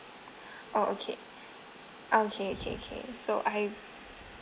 oh okay okay okay okay so I